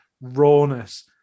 rawness